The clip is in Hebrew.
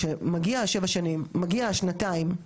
מגיע שנתיים של עובד שהורידו לו,